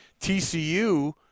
TCU